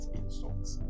insults